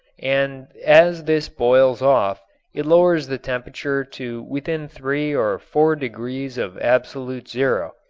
and as this boils off it lowers the temperature to within three or four degrees of absolute zero.